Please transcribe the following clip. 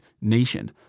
nation